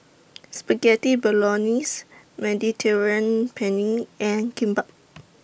Spaghetti Bolognese Mediterranean Penne and Kimbap